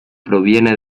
proviene